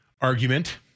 argument